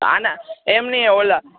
આના એમ નહીં ઓલા